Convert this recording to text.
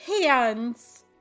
hands